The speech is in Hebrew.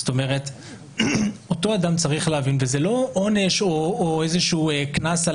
זה לא עונש או איזשהו קנס,